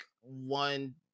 one